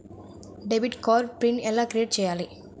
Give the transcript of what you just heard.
Debit card PIN ఎలా create చెయ్యాలి?